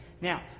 Now